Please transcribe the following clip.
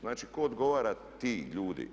Znači, tko odgovara ti ljudi?